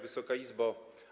Wysoka Izbo!